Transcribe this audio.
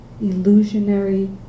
illusionary